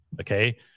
okay